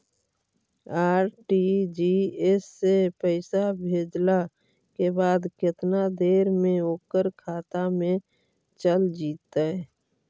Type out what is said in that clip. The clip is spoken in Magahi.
आर.टी.जी.एस से पैसा भेजला के बाद केतना देर मे ओकर खाता मे चल जितै?